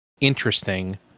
interesting